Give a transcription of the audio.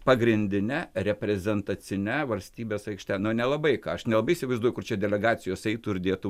pagrindine reprezentacine valstybės aikšte na nelabai ką aš nelabai įsivaizduoju kur čia delegacijos eitų ir dėtų